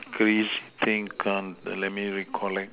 Christine come let me recollect